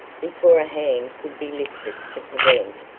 before a hand could be lifted to prevent,